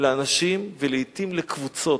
לאנשים, ולעתים לקבוצות.